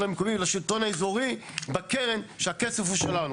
המקומי ולשלטון האזורי בקרן שהכסף הוא שלנו.